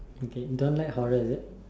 okay you don't like horror is it